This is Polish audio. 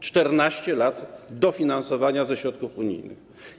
14 lat dofinansowania ze środków unijnych.